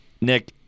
Nick